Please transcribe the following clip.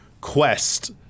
quest